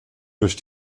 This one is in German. durch